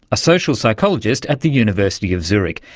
a social psychologist at the university of zurich,